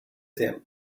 him